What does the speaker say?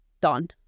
done